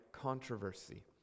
controversy